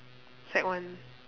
sec one